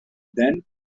then